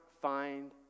find